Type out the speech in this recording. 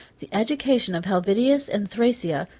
the education of helvidius and thrasea,